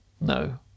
No